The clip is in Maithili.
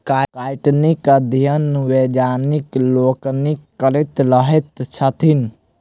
काइटीनक अध्ययन वैज्ञानिक लोकनि करैत रहैत छथि